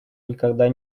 никогда